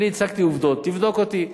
אני הצגתי עובדות, תבדוק אותי.